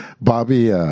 Bobby